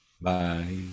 Bye